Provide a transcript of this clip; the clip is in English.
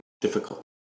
difficult